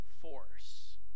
force